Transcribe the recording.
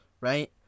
right